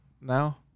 now